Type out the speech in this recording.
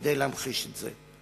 כדי להמחיש את זה.